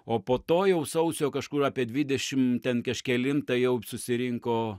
o po to jau sausio kažkur apie dvidešim ten kažkelintą jau susirinko